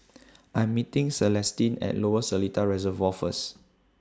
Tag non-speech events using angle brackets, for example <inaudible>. <noise> I'm meeting Celestine At Lower Seletar Reservoir First